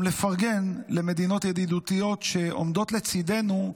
לפרגן למדינות ידידותיות שעומדות לצידנו,